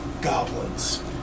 Goblins